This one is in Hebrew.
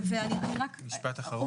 משפט אחרון.